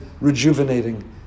rejuvenating